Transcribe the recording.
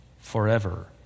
forever